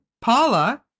Paula